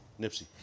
Nipsey